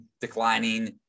declining